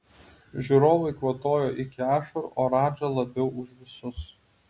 žiūrovai kvatojo iki ašarų o radža labiau už visus